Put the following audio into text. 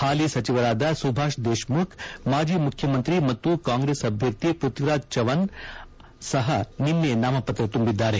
ಹಾಲಿ ಸಚಿವರಾದ ಸುಭಾಷ್ ದೇಶ್ಮುಖ್ ಮಾಜಿ ಮುಖ್ಯಮಂತ್ರಿ ಮತ್ತು ಕಾಂಗ್ರೆಸ್ ಅಭ್ಯರ್ಥಿ ಪೃಥ್ವಿರಾಜ್ ಚವನ್ ಅವರು ಸಹ ನಿನ್ನೆ ನಾಮಪತ್ರ ತುಂಬಿದ್ದಾರೆ